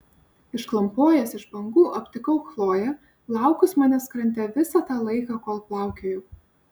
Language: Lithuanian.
išklampojęs iš bangų aptikau chloję laukus manęs krante visą tą laiką kol plaukiojau